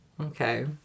okay